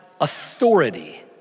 authority